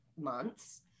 months